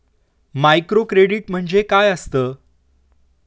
Microcredit म्हणजे काय असतं?